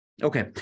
Okay